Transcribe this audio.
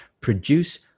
produce